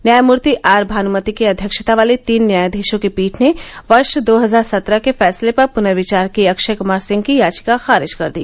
न्यायमूर्ति आर भानुमति की अध्यक्षता वाली तीन न्यायाधीशों की पीठ ने वर्ष दो हजार सत्रह के फैसले पर पुनर्विचार की अक्षय कुमार सिंह की याचिका खारिज कर दी